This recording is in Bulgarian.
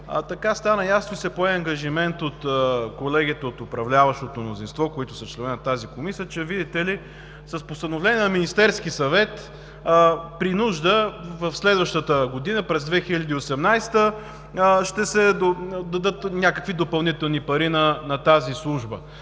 стана ясно и се пое ангажимент от колегите от управляващото мнозинство, членове на тази Комисия, че, видите ли, с постановление на Министерския съвет при нужда в следващата година – през 2018 г., ще се дадат някакви допълнителни пари на тази служба.